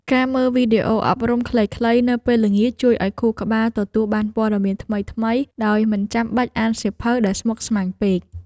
ការមើលវីដេអូអប់រំខ្លីៗនៅពេលល្ងាចជួយឱ្យខួរក្បាលទទួលបានព័ត៌មានថ្មីៗដោយមិនចាំបាច់អានសៀវភៅដែលស្មុគស្មាញពេក។